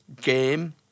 game